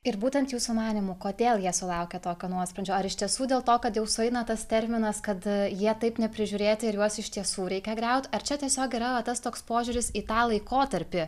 ir būtent jūsų manymu kodėl jie sulaukia tokio nuosprendžio ar iš tiesų dėl to kad jau sueina tas terminas kada jie taip neprižiūrėti ir juos iš tiesų reikia griaut ar čia tiesiog yra tas toks požiūris į tą laikotarpį